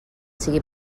sigui